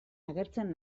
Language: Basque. agertzen